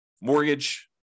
mortgage